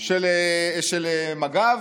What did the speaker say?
של מג"ב,